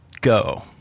go